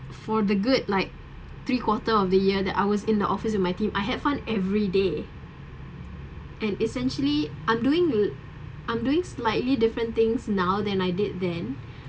for the good like three quarter of the year that I was in the office with my team I had fun every day and essentially I'm doing I'm doing slightly different things now than I did then